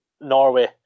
Norway